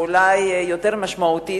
ואולי יותר משמעותית,